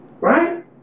Right